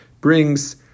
brings